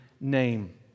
name